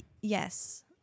Yes